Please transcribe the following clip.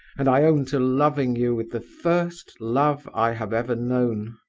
and i own to loving you with the first love i have ever known,